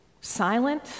Silent